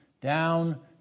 down